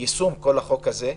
יישום כל החוק הזה.